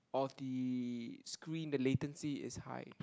of the screen the latency is high